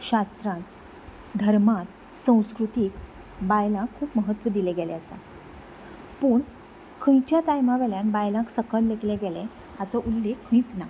शास्त्रांत धर्मांत संस्कृतींत बायलांक खूब म्हत्व दिलें गेलें आसा पूण खंयच्या टायमा वेल्यान बायलांक सकयल लेकलें गेलें हाचो उल्लेख खंयच ना